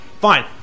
Fine